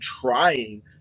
trying